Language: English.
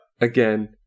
again